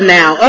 now